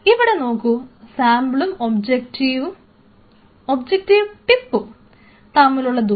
ഇവിടെ നോക്കൂ സാമ്പിളും ഒബ്ജക്റ്റീവ് ടിപ്പും തമ്മിലുള്ള ദൂരം